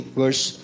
verse